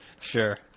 Sure